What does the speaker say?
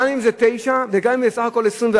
גם אם זה 9% וגם אם זה סך הכול 24%,